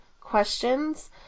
questions